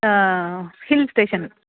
hill station